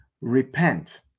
repent